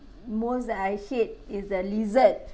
most that I hate is uh lizard